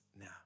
now